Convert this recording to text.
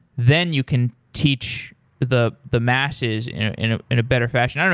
then you can teach the the masses in ah in a better fashion.